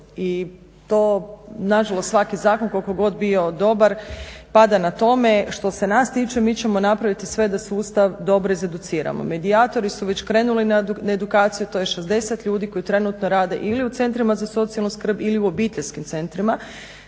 I to nažalost svaki zakon koliko god bio dobar pada na tome. Što se nas tiče, mi ćemo napraviti sve da sustav dobro izeduciramo. Medijatori su već krenuli na edukaciju, to je 60 ljudi koji trenutno rade ili u Centrima za socijalnu skrb ili u Obiteljskim centrima.